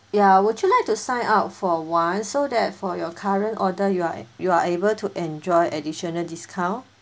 ya would you like to sign up for once so that for your current order you are a~ you are able to enjoy additional discount